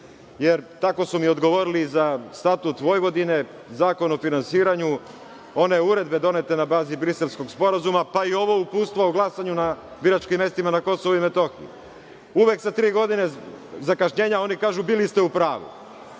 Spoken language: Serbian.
Tako su mi odgovorili za Statut Vojvodine, Zakon o finansiranju, one uredbe donete na bazi Briselskog sporazuma, pa i ovo Uputstvo o glasanju na biračkim mestima na Kosovu i Metohiji. Uvek sa tri godine zakašnjenja oni kažu bili ste u pravu,